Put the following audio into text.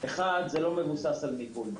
לא מבוסס על מיפוי,